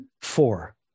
Four